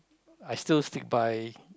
I still stick by